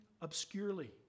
obscurely